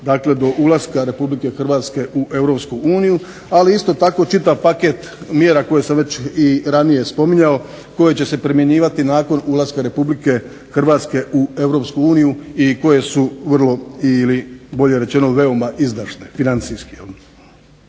dakle do ulaska Republike Hrvatske u Europsku uniju, ali isto tako čitav paket mjera koje sam već i ranije spominjao koje će se primjenjivati nakon ulaska Republike Hrvatske u Europsku uniju i koje su vrlo ili bolje rečeno veoma izdašne financijski.